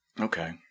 Okay